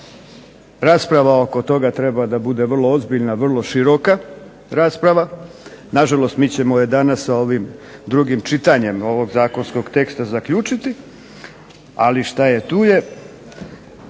Rasprava oko toga treba da bude vrlo ozbiljna, vrlo široka rasprava. Na žalost mi ćemo je danas sa ovim drugim čitanjem ovog zakonskog teksta zaključiti, ali šta je tu je.